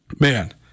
man